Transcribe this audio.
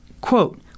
quote